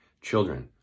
children